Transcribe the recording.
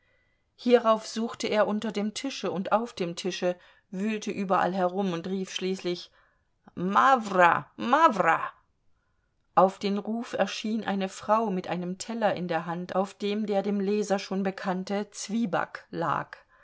hierauf suchte er unter dem tische und auf dem tische wühlte überall herum und rief schließlich mawra mawra auf den ruf erschien eine frau mit einem teller in der hand auf dem der dem leser schon bekannte zwieback lag